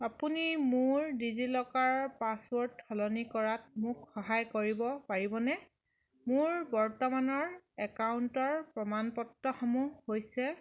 আপুনি মোৰ ডিজি লকাৰৰ পাছৱৰ্ড সলনি কৰাত মোক সহায় কৰিব পাৰিবনে মোৰ বৰ্তমানৰ একাউণ্টৰ প্ৰমাণপত্ৰসমূহ হৈছে